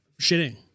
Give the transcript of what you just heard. shitting